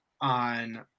on